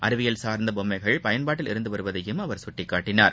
அறிவியல் சார்ந்த பொம்மைகள் பயன்பாட்டில் இருந்து வருவதையும் அவர் சுட்டிக்காட்டினார்